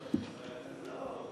לסדר-היום.